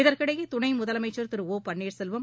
இதற்கிடையே துணை முதலமைச்சர் திரு ஒ பன்னீர் செல்வம்